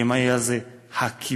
האם היה זה הכיבוש?